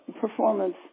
performance